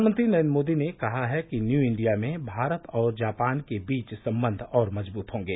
प्रधानमंत्री नरेंद्र मोदी ने कहा है कि न्यू इंडिया में भारत और जापान के बीच संबंध और मजबूत होंगे